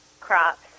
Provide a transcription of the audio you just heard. crops